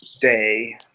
day